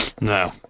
No